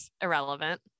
Irrelevant